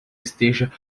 esteja